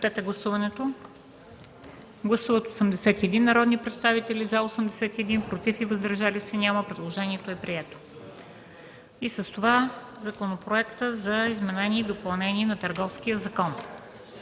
а с това и Законопроекта за изменение и допълнение на Търговския закон.